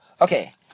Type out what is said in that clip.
Okay